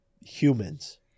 humans